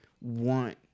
want